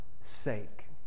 sake